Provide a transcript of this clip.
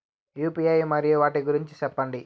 UPI మరియు వాటి గురించి సెప్పండి?